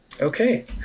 Okay